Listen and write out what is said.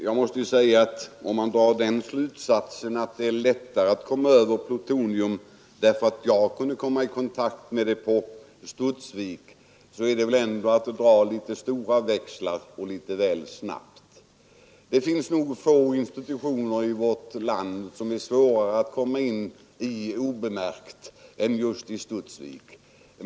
Herr talman! Om man drar den slutsatsen, fru Hambraeus, att det är lätt att komma över plutonium därför att jag kunde komma i kontakt med det på Studsvik, är det väl ändå att dra litet för stora växlar litet väl snabbt. Det finns nog få institutioner i vårt land som det är svårare att komma in i obemärkt än just Studsvik.